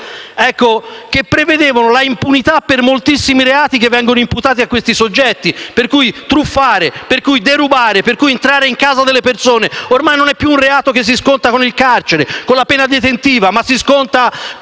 e prevedevano l'impunità per moltissimi reati che vengono imputati a questi soggetti, per cui truffare, derubare e entrare in casa delle persone ormai non sono più reati che si scontano con il carcere e la pena detentiva, ma con